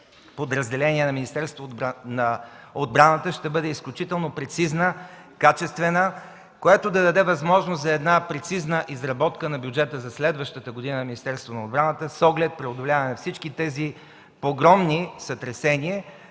подразделения на Министерството на отбраната, ще бъде изключително прецизна, качествена, което да даде възможност за една прецизна изработка на бюджета за следващата година на Министерството на отбраната с оглед преодоляване на всички тези огромни сътресения,